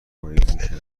کنید